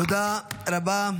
תודה רבה.